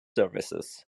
services